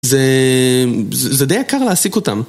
זה... זה די יקר להעסיק אותם.